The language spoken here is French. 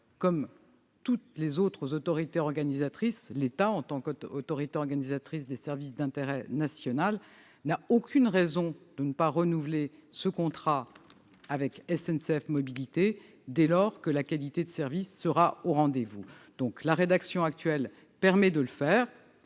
comme toutes les autres autorités organisatrices, l'État en tant qu'autorité organisatrice des services d'intérêt national n'a aucune raison de ne pas renouveler son contrat avec SNCF Mobilités, dès lors que la qualité de service est au rendez-vous. La rédaction actuelle du texte permet